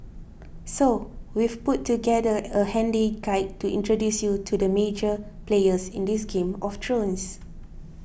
so we've put together a handy guide to introduce you to the major players in this game of thrones